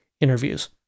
interviews